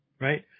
Right